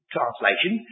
translation